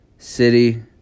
City